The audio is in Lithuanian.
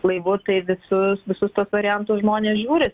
laivu tai visus visus tuos variantus žmonės žiūri